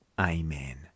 Amen